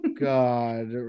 god